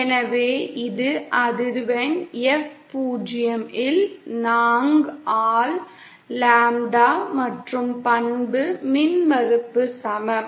எனவே இது அதிர்வெண் F 0 இல் 4 ஆல் லாம்ப்டா மற்றும் பண்பு மின்மறுப்புக்கு சமம்